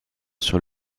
sur